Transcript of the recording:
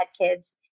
kids